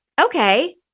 okay